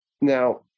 Now